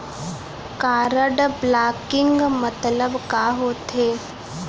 Card blocking मतलब का होथे?